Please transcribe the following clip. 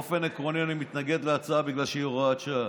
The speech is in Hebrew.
באופן עקרוני אני מתנגד להצעה בגלל שהיא הוראת שעה.